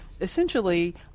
essentially